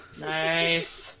Nice